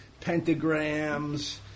pentagrams